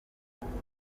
umutima